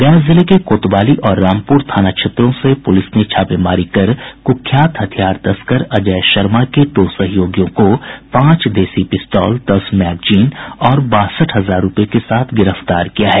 गया जिले के कोतवाली और रामपुर थाना क्षेत्रों में पुलिस ने छापेमारी कर कुख्यात हथियार तस्कर अजय शर्मा के दो सहयोगियों को पांच देसी पिस्तौल दस मैगजीन और बासठ हजार रूपये के साथ गिरफ्तार किया है